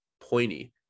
pointy